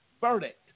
verdict